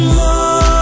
more